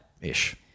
Ish